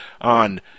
on